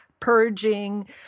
purging